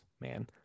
man